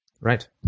Right